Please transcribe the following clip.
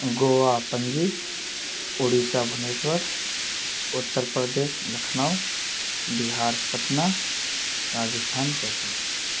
گووا پنجی اڑیسہ بھنیشور اتر پردیس لکھنؤ بہار پٹنہ راجستھان جے پور